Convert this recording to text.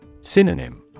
Synonym